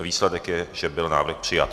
Výsledek je, že byl návrh přijat.